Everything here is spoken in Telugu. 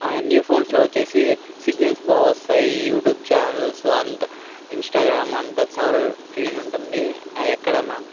న్యూ ఫోన్స్లో వచ్చేసి సిగ్నల్స్ బాగా వస్తాయి యూట్యూబ్ ఛానల్స్ అంతా ఇన్స్టాగ్రామ్ అంతా సెవరల్ ఫీడింగ్ ఉంటుంది ఎక్కడన్నా